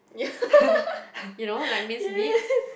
yeah yes